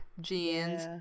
jeans